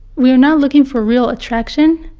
we are not looking for real attraction,